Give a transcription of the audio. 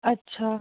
अच्छा